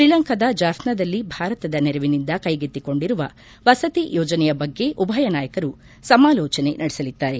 ಶ್ರೀಲಂಕಾದ ಜಾಫ್ನಾದಲ್ಲಿ ಭಾರತದ ನೆರವಿನಿಂದ ಕೈಗೆತ್ತಿಕೊಂಡಿರುವ ವಸತಿ ಯೋಜನೆಯ ಬಗ್ಗೆ ಉಭಯ ನಾಯಕರು ಸಮಾಲೋಚನೆ ನಡೆಸಲಿದ್ದಾರೆ